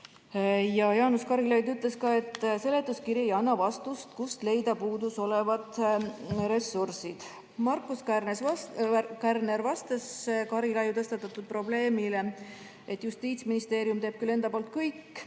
Jaanus Karilaid ütles ka, et seletuskiri ei anna vastust, kust leida puuduolevad ressursid. Markus Kärner vastas Karilaiu tõstatatud probleemile, et Justiitsministeerium teeb küll enda poolt kõik,